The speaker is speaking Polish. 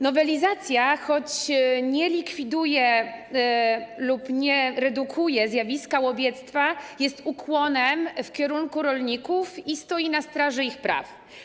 Nowelizacja, choć nie likwiduje lub nie redukuje zjawiska łowiectwa, jest ukłonem w kierunku rolników i stoi na straży ich praw.